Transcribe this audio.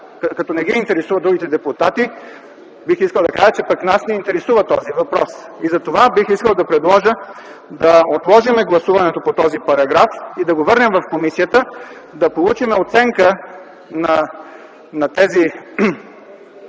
Ако не ги интересува другите депутати бих искал да кажа, че пък нас този въпрос ни интересува. И затова бих искал да предложа да отложим гласуването по този параграф и да го върнем в комисията, да получим оценка на тези